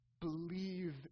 Believe